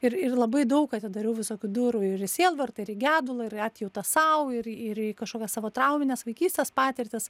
ir ir labai daug atidariau visokių durų ir į sielvartą ir į gedulą ir į atjautą sau ir į ir į kažkokias savo traumines vaikystės patirtis